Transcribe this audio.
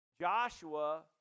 Joshua